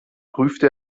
prüfte